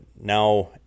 now